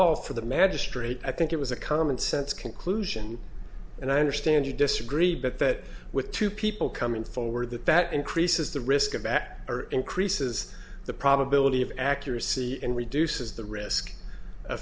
all for the magistrate i think it was a commonsense conclusion and i understand you disagree but that with two people coming forward that that increases the risk of back or increases the probability of accuracy and reduces the risk